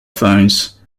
phones